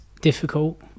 difficult